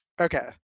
Okay